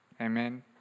Amen